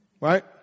Right